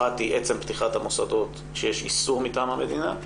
אחת היא עצם פתיחת המוסדות כשיש איסור מטעם המדינה,